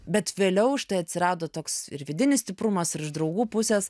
bet vėliau štai atsirado toks vidinis stiprumas ir iš draugų pusės